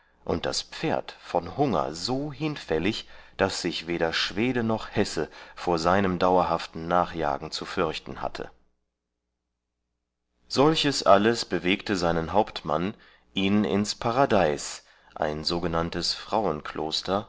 und das pferd von hunger so hinfällig daß sich weder schwede noch hesse vor seinem dauerhaften nachjagen zu förchten hatte solches alles bewegte seinen hauptmann ihn ins paradeis ein so